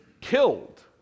killed